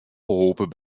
geholpen